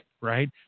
Right